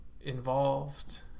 involved